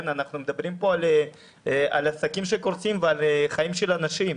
אנחנו מדברים פה על עסקים שקורסים ועל חיים של אנשים.